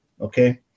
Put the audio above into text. okay